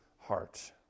heart